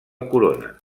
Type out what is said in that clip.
corona